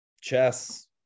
chess